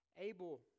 Abel